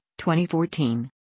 2014